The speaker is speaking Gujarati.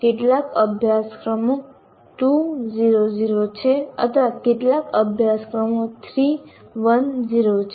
કેટલાક અભ્યાસક્રમો 2 0 0 છે અથવા કેટલાક અભ્યાસક્રમો 3 1 0 છે